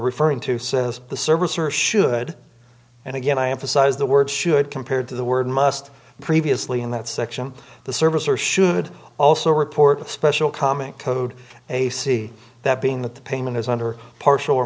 referring to says the service or should and again i emphasize the word should compared to the word must previously in that section of the service or should also report the special comic code ac that being that the payment is under partial or